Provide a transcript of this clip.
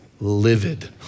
livid